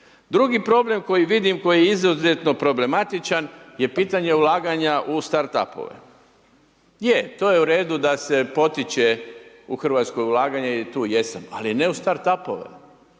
Drugi problem koji vidim, koji je izuzetno problematičan je pitanje ulaganja u Start apove. Je, to je u redu da se potiče u RH ulaganje, tu jesam, ali ne u Start apove.